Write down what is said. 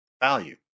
value